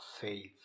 faith